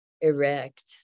erect